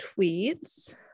tweets